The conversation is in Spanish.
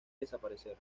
desaparecer